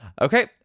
Okay